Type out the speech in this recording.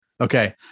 Okay